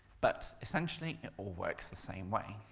but essentially it all works the same way.